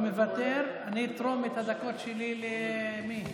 אני אתרום את הדקות שלי, למי?